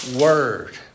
word